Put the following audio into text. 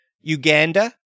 Uganda